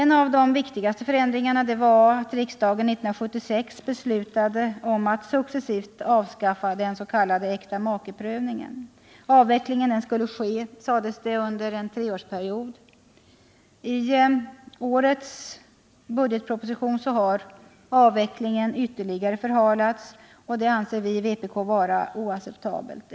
En av de viktigaste var att riksdagen 1976 beslutade att successivt avskaffa den s.k. äktamakeprövningen. Avvecklingen skulle ske under en treårsperiod. I årets budgetproposition har avvecklingen ytterligare förhalats, något som vpk anser oacceptabelt.